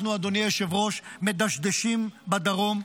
אנחנו, אדוני היושב-ראש, מדשדשים בדרום.